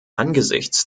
angesichts